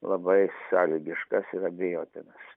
labai sąlygiškas ir abejotinas